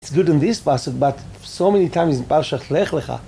זה טוב בפסוק הזה, אבל כל כך הרבה פעמים זה פסוק שחלח לך.